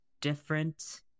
different